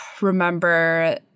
remember